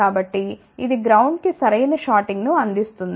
కాబట్టి ఇది గ్రౌండ్కి సరైన షార్టింగ్ను అందిస్తుంది